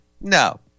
No